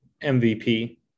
MVP